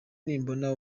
nimbona